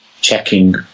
checking